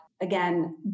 again